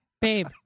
Babe